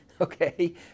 Okay